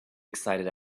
excited